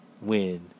win